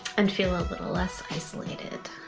and feel a little less isolated.